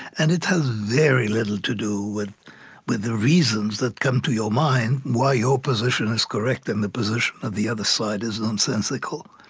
and it has very little to do with with the reasons that come to your mind, why your position is correct and the position of the other side is nonsensical.